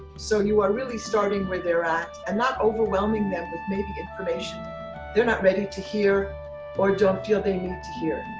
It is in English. so you are really starting where they're at and not overwhelming them with maybe information they're not ready to hear or don't feel they need to hear.